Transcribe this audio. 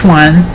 one